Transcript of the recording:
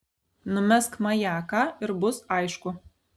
numesk majaką ir bus aišku